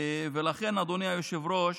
ולכן, אדוני היושב-ראש,